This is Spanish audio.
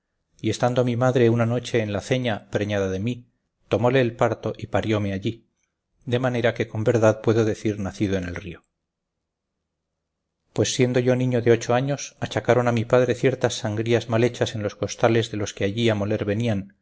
y estando mi madre una noche en la aceña preñada de mí tomóle el parto y parióme allí de manera que con verdad puedo decir nacido en el río pues siendo yo niño de ocho años achacaron a mi padre ciertas sangrías mal hechas en los costales de los que allí a moler venían